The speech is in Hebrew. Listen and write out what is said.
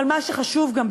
אבל מה שחשוב גם,